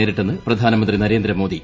നേരിട്ടെന്ന് പ്രധാനമന്ത്രി നദ്ദേന്ദ്രമോദി